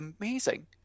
amazing